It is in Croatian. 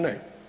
Ne.